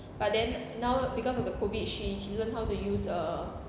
but then now because of the COVID she she learn how to use uh